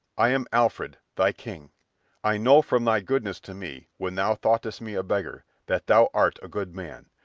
i am alfred, thy king i know from thy goodness to me when thou thoughtest me a beggar that thou art a good man,